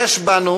יש בנו